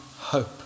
hope